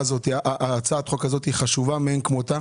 הצעת החוק הזו חשובה מאין כמותה